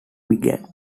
began